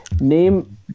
Name